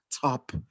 top